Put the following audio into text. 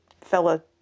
fella